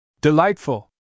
Delightful